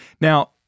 Now